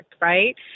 right